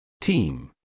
Team